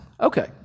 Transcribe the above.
Okay